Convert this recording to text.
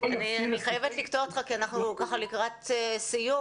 אני חייבת לקטוע אותך כי אנחנו ככה לקראת סיום,